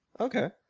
Okay